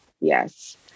yes